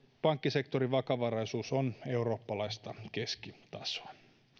pankkisektorin vakavaraisuus on eurooppalaista keskitasoa